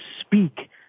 speak